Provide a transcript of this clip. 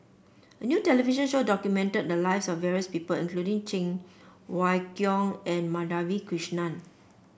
a new television show documented the lives of various people including Cheng Wai Keung and Madhavi Krishnan